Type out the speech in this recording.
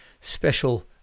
special